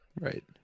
right